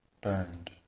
burned